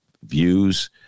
views